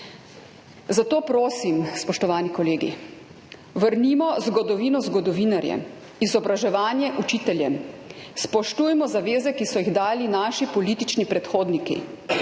Zato prosim, spoštovani kolegi, vrnimo zgodovino zgodovinarjem, izobraževanje učiteljem, spoštujmo zaveze, ki so jih dali naši politični predhodniki.